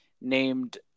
named